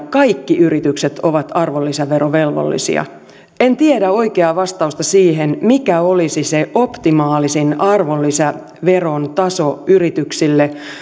kaikki yritykset ovat arvonlisäverovelvollisia en tiedä oikeaa vastausta siihen mikä olisi se optimaalisin arvonlisäveron taso yrityksille